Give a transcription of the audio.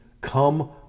Come